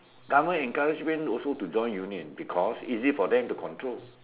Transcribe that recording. government encouragement also to join union because easy for them to control